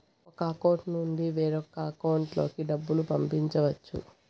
ఒక అకౌంట్ నుండి వేరొక అకౌంట్ లోకి డబ్బులు పంపించవచ్చు